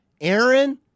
Aaron